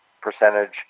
percentage